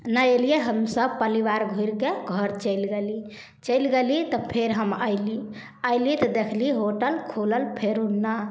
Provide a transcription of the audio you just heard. नहि अएलिए हमसभ परिवार घुरिकऽ घर चलि गेली चलि गेली तऽ फेर हम अएली अएली तऽ देखली होटल खुलल फेरो नहि